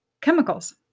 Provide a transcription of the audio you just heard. chemicals